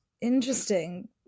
interesting